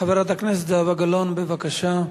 חברת הכנסת זהבה גלאון, בבקשה.